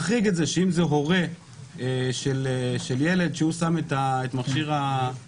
אני מבקש להחריג את המקרים שבהם הורה לילד שם את מכשיר ההקלטה,